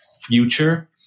future